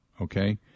okay